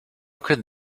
could